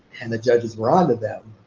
and the judges were onto them.